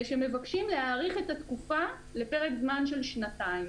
שמבקשים להאריך את התקופה לפרק זמן של שנתיים.